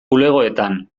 bulegoetan